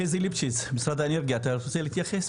חזי ליפשיץ, משרד האנרגיה, אתה רוצה להתייחס?